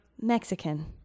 Mexican